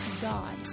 God